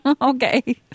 Okay